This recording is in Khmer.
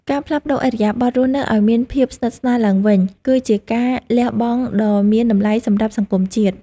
ការផ្លាស់ប្តូរឥរិយាបថរស់នៅឱ្យមានភាពស្និទ្ធស្នាលឡើងវិញ គឺជាការលះបង់ដ៏មានតម្លៃសម្រាប់សង្គមជាតិ។